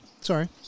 sorry